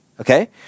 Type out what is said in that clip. okay